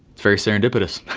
very serendipitous.